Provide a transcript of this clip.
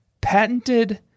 patented